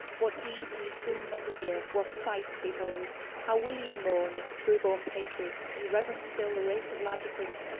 what deeds ye soon must hear, what sights behold how will ye mourn, if, true-born patriots, ye reverence still the race of labdacus!